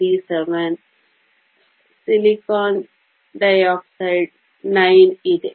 37 SiO2 9 ಇದೆ